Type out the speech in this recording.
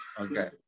Okay